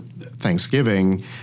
Thanksgiving